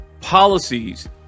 Policies